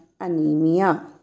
anemia